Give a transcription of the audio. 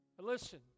Listen